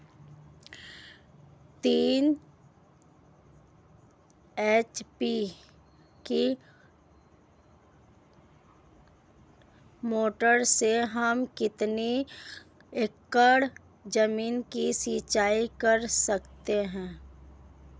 तीन एच.पी की मोटर से हम कितनी एकड़ ज़मीन की सिंचाई कर सकते हैं?